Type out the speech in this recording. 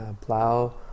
plow